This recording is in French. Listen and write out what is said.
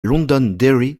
londonderry